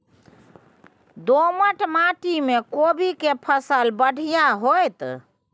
दोमट माटी में कोबी के फसल बढ़ीया होतय?